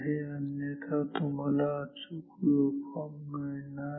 अन्यथा तुम्हाला अचूक वेव्हफार्म मिळणार नाही